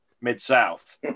Mid-South